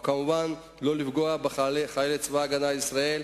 אבל לא לפגוע בחיילי צבא-הגנה לישראל,